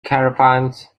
caravans